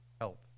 help